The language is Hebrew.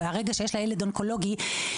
עם הילד האונקולוגי שלה,